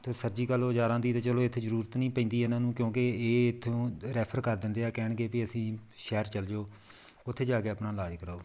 ਅਤੇ ਸਰਜੀਕਲ ਔਜ਼ਾਰਾ ਦੀ ਤਾਂ ਚਲੋ ਇੱਥੇ ਜ਼ਰੂਰਤ ਨਹੀਂ ਪੈਂਦੀ ਇਹਨਾਂ ਨੂੰ ਕਿਉਂਕਿ ਇਹ ਇੱਥੋਂ ਰੈਫਰ ਕਰ ਦਿੰਦੇ ਆ ਕਹਿਣਗੇ ਵੀ ਅਸੀਂ ਸ਼ਹਿਰ ਚੱਲ ਜਾਓ ਉੱਥੇ ਜਾ ਕੇ ਆਪਣਾ ਇਲਾਜ਼ ਕਰਵਾਓ